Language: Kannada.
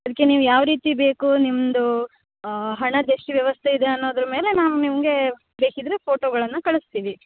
ಅದಕ್ಕೆ ನೀವು ಯಾವ ರೀತಿ ಬೇಕೂ ನಿಮ್ಮದು ಹಣದ ಎಷ್ಟು ವ್ಯವಸ್ಥೆ ಇದೆ ಅನ್ನೋದ್ರ ಮೇಲೆ ನಾನು ನಿಮಗೆ ಬೇಕಿದ್ದರೆ ಫೋಟೋಗಳನ್ನು ಕಳಿಸ್ತೀವಿ